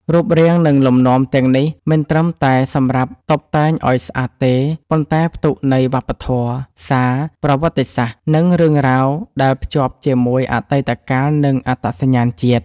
រូបរាង និងលំនាំទាំងនេះមិនត្រឹមតែសម្រាប់តុបតែងឲ្យស្អាតទេ ប៉ុន្តែផ្ទុកន័យវប្បធម៌ សារ ប្រវត្តិសាស្ត្រ និងរឿងរ៉ាវដែលភ្ជាប់ជាមួយអតីតកាលនិងអត្តសញ្ញាណជាតិ។